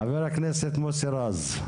חבר הכנסת מוסי רז.